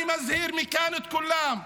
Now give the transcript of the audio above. אני מזהיר מכאן את כולם,